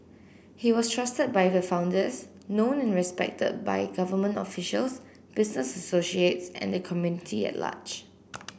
he was trusted by the founders known and respected by government officials business associates and the community at large